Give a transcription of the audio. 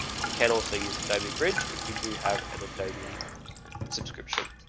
you can also use adobe bridge if you do have an adobe subscription